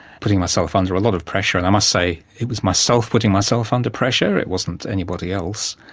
putting myself under a lot of pressure and i must say it was myself putting myself under pressure, it wasn't anybody else